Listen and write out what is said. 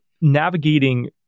navigating